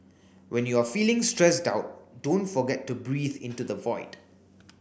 when you are feeling stressed out don't forget to breathe into the void